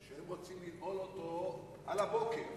שהם רוצים לנעול אותו על הבוקר,